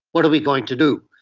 what are we going to do.